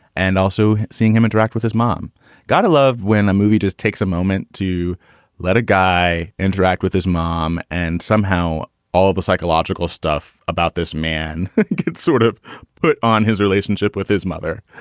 and also seeing him interact with his mom got to love when a movie just takes a moment to let a guy interact with his mom. and somehow all the psychological stuff about this man could sort of put on his relationship with his mother.